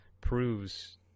proves